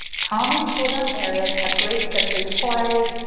calm and cool down areas have great sensory toys,